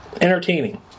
entertaining